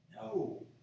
No